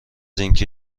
اینکه